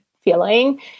feeling